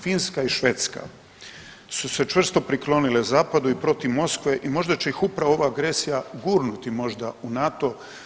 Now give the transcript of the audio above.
Finska i Švedska su se čvrsto priklonile zapadu i protiv Moskve i možda će ih upravo ova agresiju gurnuti možda u NATO.